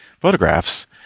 photographs